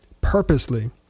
purposely